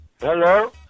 Hello